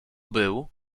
był